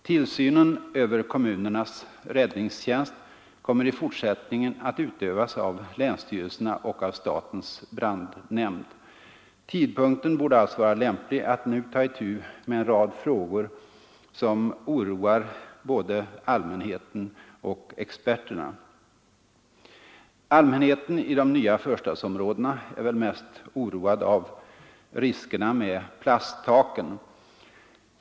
Tillsynen över kommunernas räddningstjänst kommer i fortsättningen att utövas av länsstyrelserna och av statens brandnämnd. Tidpunkten borde alltså vara lämplig att nu ta itu med en rad frågor som oroar både allmänheten och experterna. Allmänheten i de nya förstadsområdena är väl mest oroad av riskerna med plasttaken.